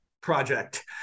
project